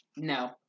No